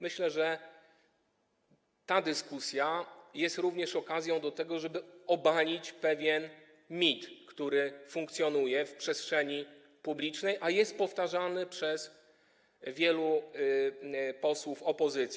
Myślę, że ta dyskusja jest również okazją do tego, żeby obalić pewien mit, który funkcjonuje w przestrzeni publicznej, a jest powtarzany przez wielu posłów opozycji.